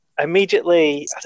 immediately